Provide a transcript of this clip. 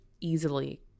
easily